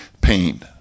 pain